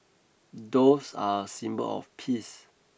doves are a symbol of peace